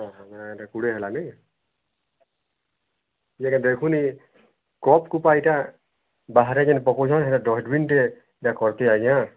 ହଁ ହଁ ଏଇଟା କୋଡ଼ିଏ ହେଲା ନାଇଁ ଏଇଟା ଦେଖୁନି କପ୍କୁପା ଏଇଟା ବାହାରେ କିନ୍ ପକଉଛନ୍ତି ସେଇଟା ଡଷ୍ଟବିନ୍ଟେ ଦେଖନ୍ତୁ ଆଜ୍ଞା